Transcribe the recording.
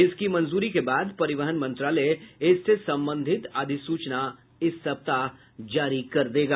इसके मंजूरी के बाद परिवहन मंत्रालय इससे संबंधित अधिसूचना इस सप्ताह जारी कर देगा